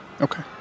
Okay